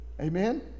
Amen